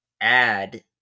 add